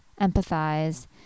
empathize